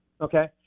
Okay